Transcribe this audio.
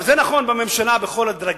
זה נכון בממשלה בכל הדרגים,